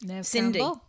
Cindy